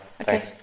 Okay